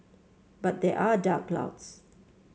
but there are dark clouds